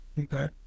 Okay